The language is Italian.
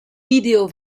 video